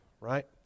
right